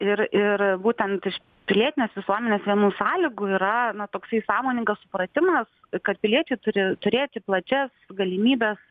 ir ir būtent iš pilietinės visuomenės vienų sąlygų yra na toksai sąmoningas supratimas kad piliečiai turi turėti plačias galimybes